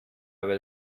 will